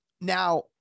now